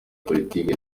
politiki